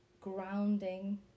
grounding